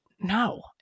No